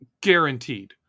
guaranteed